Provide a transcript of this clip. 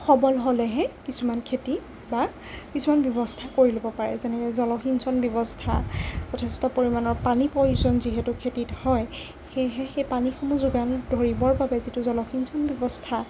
সবল হ'লেহে কিছুমান খেতি বা কিছুমান ব্যৱস্থা কৰি ল'ব পাৰে যেনেকৈ জলসিঞ্চন ব্যৱস্থা যথেষ্ট পৰিমাণৰ পানীৰ প্ৰয়োজন যিহেতু খেতিত হয় সেয়েহে সেই পানীসমূহ যোগান ধৰিবৰ বাবে যিটো জলসিঞ্চন ব্যৱস্থা